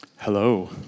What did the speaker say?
Hello